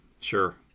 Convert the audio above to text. sure